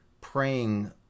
praying